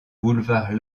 boulevard